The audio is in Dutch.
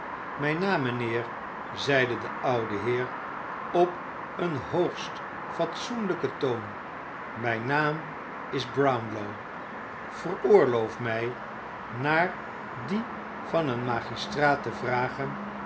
mijn naam mijnheer zeide de oude heer op een hoogst fatsoenlijken toon mijn naam is brownlow veroorloof mij naar dien van een magistraat te vragen